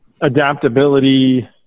adaptability